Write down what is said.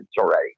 already